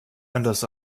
anders